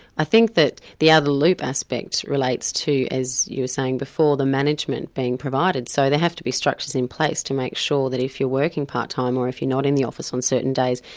i think that the out-of-the-loop aspects relates to, as you were saying before, the management being provided. so there have to be structures in place to make sure that if you're working part-time, or if you're not in the office on certain days,